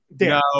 no